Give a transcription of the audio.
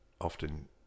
often